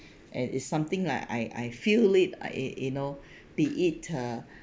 and it's something like I I feel it I you know be it uh